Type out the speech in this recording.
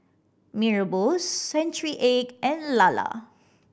Mee Rebus century egg and lala